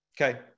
okay